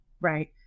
Right